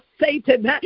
Satan